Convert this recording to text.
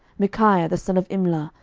micaiah the son of imlah,